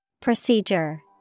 Procedure